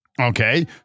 Okay